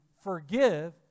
forgive